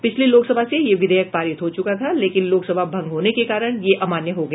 पिछली लोकसभा से यह विधेयक पारित हो चुका था लेकिन लोकसभा भंग होने के कारण यह अमान्य हो गया